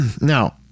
Now